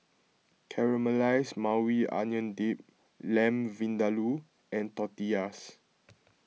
Caramelized Maui Onion Dip Lamb Vindaloo and Tortillas